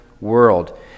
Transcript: world